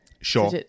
Sure